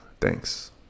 thanks